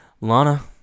lana